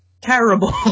terrible